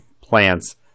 plants